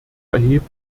erhebt